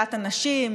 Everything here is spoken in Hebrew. שדולת הנשים,